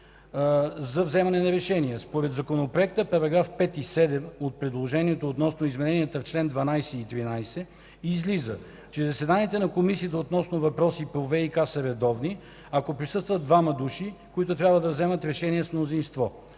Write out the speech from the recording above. за вземане на решения. Според законопроекта – параграфи 5 и 7 от предложението, относно измененията в чл. 12 и чл. 13, излиза, че заседанията на Комисията относно въпросите по ВиК са редовни, ако присъстват двама души, които трябва да вземат решение с мнозинство.